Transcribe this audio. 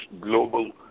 global